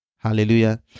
Hallelujah